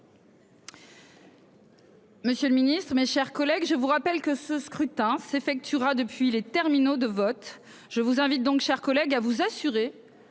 Monsieur le Ministre, mes chers collègues, je vous rappelle que ce scrutin s'effectuera depuis les terminaux de vote. Je vous invite donc chers collègues à vous assurer